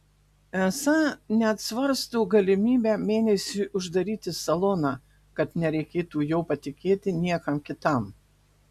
esą net svarsto galimybę mėnesiui uždaryti saloną kad nereikėtų jo patikėti niekam kitam